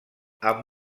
amb